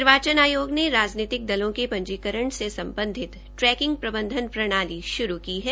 निर्वाचन आयोग ने राजनीतिक दलों के पंजीकरण से सम्बधित ट्रैकिंग प्रबंधन प्रणाली श्रू की है